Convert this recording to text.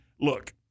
Look